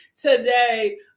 today